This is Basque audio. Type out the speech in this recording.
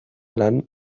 lan